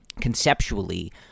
conceptually